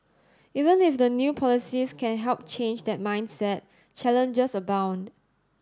even if the new policies can help change that mindset challenges abound